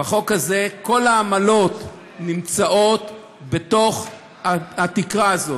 בחוק הזה כל העמלות נמצאות תחת התקרה הזאת,